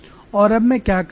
और अब मैं क्या करूंगा